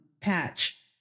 patch